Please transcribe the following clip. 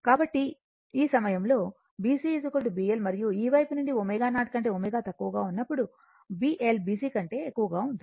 కాబట్టి ఈ సమయంలో BC BL మరియు ఈ వైపు నుండి ω0 కంటే ω తక్కువగా ఉన్నప్పుడు BL BC కంటే ఎక్కువగా ఉంటుంది